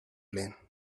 learn